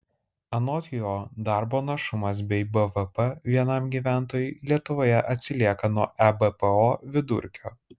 anot jo darbo našumas bei bvp vienam gyventojui lietuvoje atsilieka nuo ebpo vidurkio